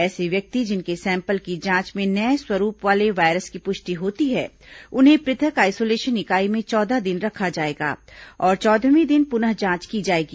ऐसे व्यक्ति जिनके सैंपल की जांच में नये स्वरूप वाले वायरस की पुष्टि होती है उन्हें पृथक आइसोलेशन इकाई में चौदह दिन रखा जाएगा और चौदहवें दिन पुनः जांच की जाएगी